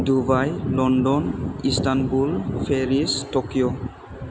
Dubai London Istanbul Paris Tokyo